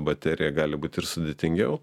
baterija gali būt ir sudėtingiau